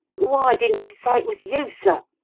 why didn't you say it was you, sir?